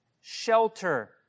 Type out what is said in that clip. shelter